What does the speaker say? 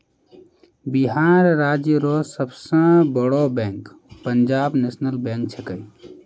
बिहार राज्य रो सब से बड़ो बैंक पंजाब नेशनल बैंक छैकै